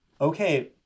Okay